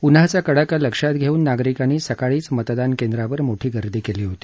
उन्हाचा कडाका लक्षात घेऊन नागरिकांनी सकाळीच मतदान केंद्रावर मोठी गर्दी केली होती